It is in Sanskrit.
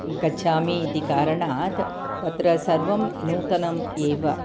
गच्छामि इति कारणात् तत्र सर्वं नूतनम् एव